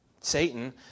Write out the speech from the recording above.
Satan